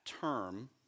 term